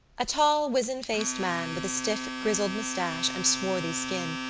a tall wizen-faced man, with a stiff grizzled moustache and swarthy skin,